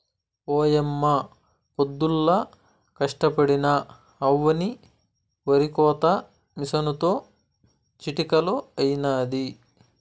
ఓయమ్మ పొద్దుల్లా కష్టపడినా అవ్వని ఒరికోత మిసనుతో చిటికలో అయినాది